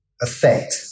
effect